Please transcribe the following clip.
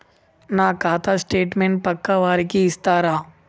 నా ఖాతా స్టేట్మెంట్ పక్కా వారికి ఇస్తరా?